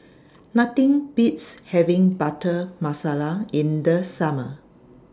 Nothing Beats having Butter Masala in The Summer